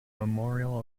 memorial